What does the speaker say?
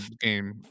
game